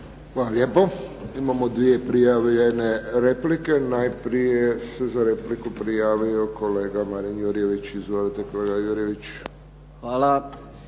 Hvala.